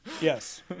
Yes